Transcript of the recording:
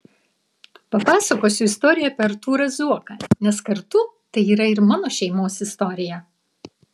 papasakosiu istoriją apie artūrą zuoką nes kartu tai yra ir mano šeimos istorija